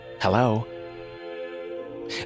Hello